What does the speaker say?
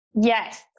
Yes